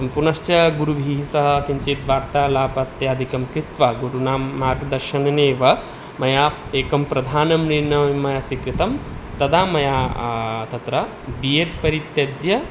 पुनश्च गुरुभिः सह किञ्चित् वार्तालापेत्याधिकं कृत्वा गुरूणां मार्गदर्शनेनैव मया एकः प्रधानः निर्णयः मया स्वीकृतः तदा मया तत्र बि एड् परित्यज्य